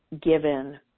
given